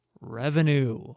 Revenue